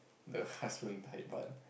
the husband died but